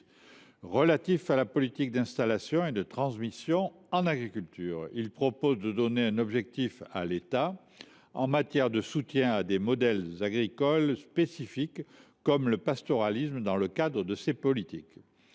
relatif à la politique d’installation et de transmission en agriculture. Il tend à assigner à l’État l’objectif de soutenir les modèles agricoles spécifiques, comme le pastoralisme, dans le cadre de ses politiques.